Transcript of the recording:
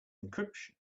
encryption